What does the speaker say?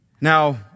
Now